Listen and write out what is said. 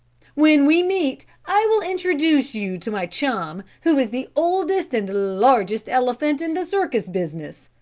when we meet i will introduce you to my chum who is the oldest and largest elephant in the circus business.